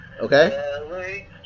Okay